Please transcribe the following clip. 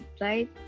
right